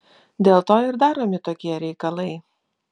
dėl to ir daromi tokie reikalai